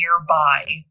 nearby